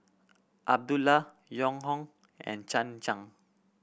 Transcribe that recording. Abdullah Yong Hoong and Chan Chang